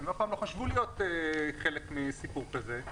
הם אף פעם לא חשבו להיות חלק מסיפור כזה.